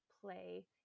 play